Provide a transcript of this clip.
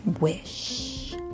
Wish